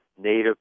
native